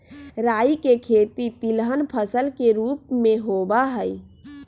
राई के खेती तिलहन फसल के रूप में होबा हई